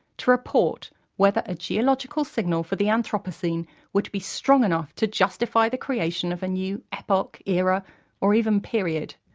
to report whether a geological signal for the anthropocene would be strong enough to justify the creation of a new epoch, era or even period.